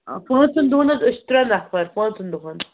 آ پانٛژَن دۄہَن حظ ٲسۍ چھِ ترٛےٚ نَفر پانٛژَن دۄہَن